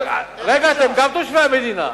רגע, אתם גם תושבי המדינה.